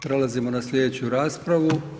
Prelazimo na sljedeću raspravu.